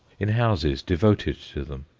in houses devoted to them.